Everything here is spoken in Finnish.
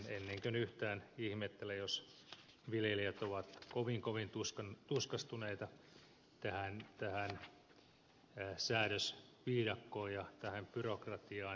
en yhtään ihmettele jos viljelijät ovat kovin kovin tuskastuneita tähän säädösviidakkoon ja tähän byrokratiaan